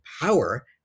power